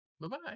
Bye-bye